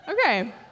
Okay